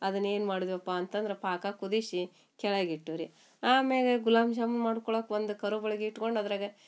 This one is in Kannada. ಅದನ್ನು ಏನು ಮಾಡಿದ್ವಪ್ಪ ಅಂತಂದ್ರೆ ಪಾಕ ಕುದಿಸಿ ಕೆಳಗೆ ಇಟ್ಟು ರೀ ಆಮ್ಯಾಲ ಗುಲಾಬ್ ಜಾಮೂನ್ ಮಾಡ್ಕೊಳಕ್ಕೆ ಒಂದು ಕರು ಇಟ್ಕೊಂಡು ಅದರಾಗ